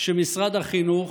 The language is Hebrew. שמשרד החינוך,